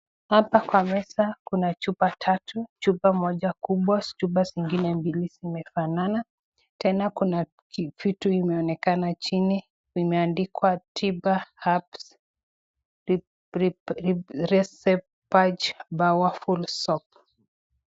hapa kwa meza kuna chupa tatu, chupa moja kubwa chupa zingine mbili zimefanana tena kuna vitu imeonekana chini imeandikwa tiba herbs powerful soap